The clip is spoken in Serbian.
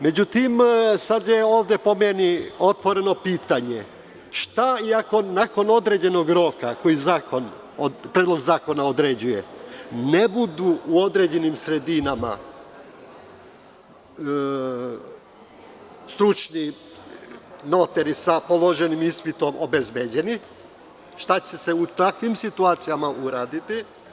Međutim, sada je ovde po meni otvoreno pitanje – šta ako nakon određenog roka koji Predlog zakona određuje, ne budu u određenim sredinama stručni notari sa položenim ispitom obezbeđeni, šta će se u takvim situacijama uraditi?